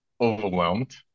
overwhelmed